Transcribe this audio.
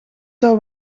zou